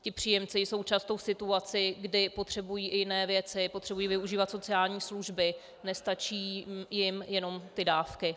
Ti příjemci jsou často v situaci, kdy potřebují i jiné věci, potřebují využívat i sociální služby, nestačí jim jenom ty dávky.